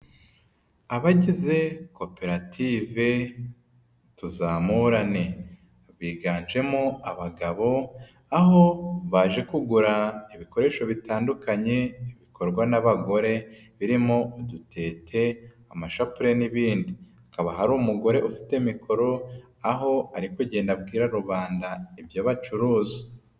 Abagize koperative tuzamurane, biganjemo abagabo aho baje kugura ibikoresho bitandukanye bikorwa n'abagore birimo udutete, amashapule n'ibindi. Hari umugore ufite mikoro aho ari kugenda abwira rubanda ibyo' bacuruza.